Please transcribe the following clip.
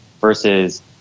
versus